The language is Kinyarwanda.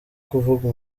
kuvuga